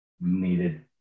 needed